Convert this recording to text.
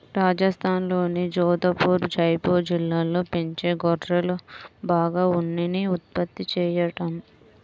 రాజస్థాన్లోని జోధపుర్, జైపూర్ జిల్లాల్లో పెంచే గొర్రెలు బాగా ఉన్నిని ఉత్పత్తి చేత్తాయంట